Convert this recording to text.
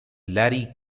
larry